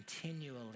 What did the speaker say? continually